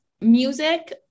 music